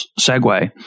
segue